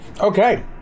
okay